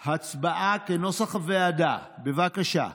הצבעה, בבקשה.